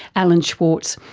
alan schwarz,